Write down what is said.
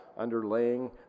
underlaying